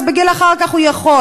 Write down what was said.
אז אחר כך היא יכולה.